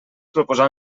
proposar